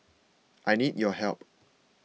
I need your help